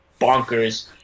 bonkers